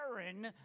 Aaron